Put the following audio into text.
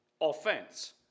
offense